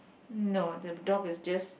no the dog is just